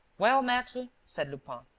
well, maitre, said lupin,